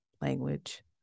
language